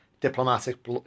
diplomatic